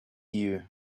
you